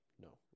No